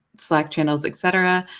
slack channels, et cetera.